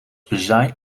bezaaid